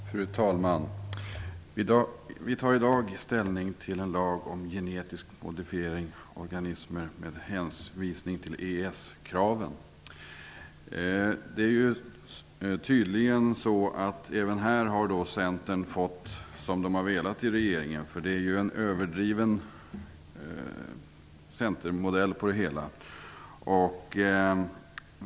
Fru talman! Vi tar i dag ställning till en lag om genetisk modifiering av organismer med hänvisning till EES-kraven. Det är tydligen så att Centern även här har fått som man har velat i regeringen. Det är ju en överdriven centermodell som vi här ser.